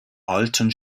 alten